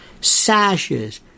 sashes